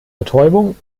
betäubung